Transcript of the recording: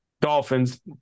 Dolphins